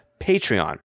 Patreon